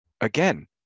again